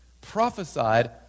Prophesied